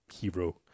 Hero